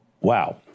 Wow